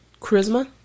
charisma